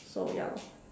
so ya lor